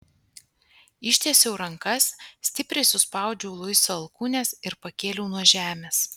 ištiesiau rankas stipriai suspaudžiau luiso alkūnes ir pakėliau nuo žemės